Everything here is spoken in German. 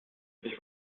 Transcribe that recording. ich